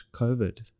COVID